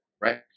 right